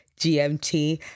GMT